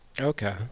Okay